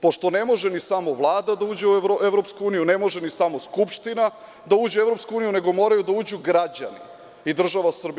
Pošto ne može ni samo Vlada da uđe u EU, ne može ni samo Skupština da uđe u EU, nego moraju da uđu građani i Država Srbija.